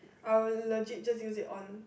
I'll legit just use it on